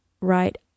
right